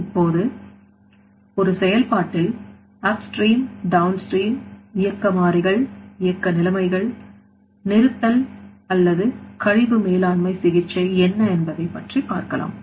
இப்போது ஒரு செயல்பாட்டில் upstreamdownstream இயக்க நிலைமைகள் நிறுத்தல் அல்லது கழிவு மேலாண்மை சிகிச்சை என்ன என்பதை பற்றி பார்க்கலாம்